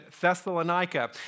Thessalonica